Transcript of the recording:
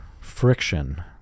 friction